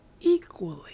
equally